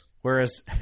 Whereas